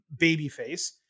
babyface